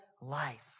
life